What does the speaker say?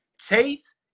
Chase